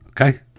Okay